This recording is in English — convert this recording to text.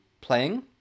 playing